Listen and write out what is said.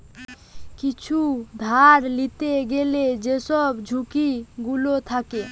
কিছু ধার লিতে গ্যালে যেসব ঝুঁকি গুলো থাকে